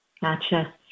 Gotcha